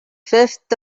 fifth